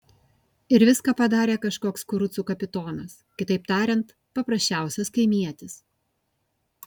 ir viską padarė kažkoks kurucų kapitonas kitaip tariant paprasčiausias kaimietis